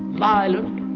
violent,